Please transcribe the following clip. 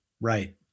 right